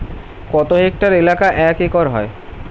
কত হেক্টর এলাকা এক একর হয়?